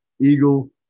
eagle